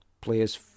players